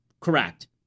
correct